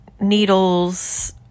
needles